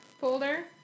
folder